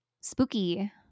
Spooky